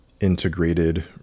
integrated